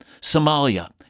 Somalia